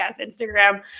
Instagram